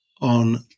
On